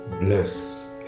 bless